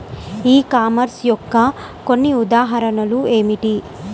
ఈ కామర్స్ యొక్క కొన్ని ఉదాహరణలు ఏమిటి?